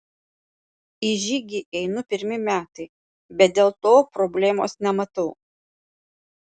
į žygį einu pirmi metai bet dėl to problemos nematau